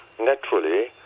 naturally